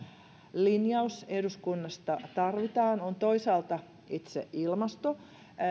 linjaus eduskunnasta tarvitaan on itse ilmasto